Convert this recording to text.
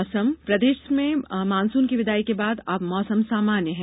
मौसम प्रदेश से मॉनसून की विदाई के बाद अब मौसम सामान्य है